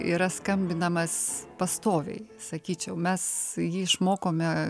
yra skambinamas pastoviai sakyčiau mes jį išmokome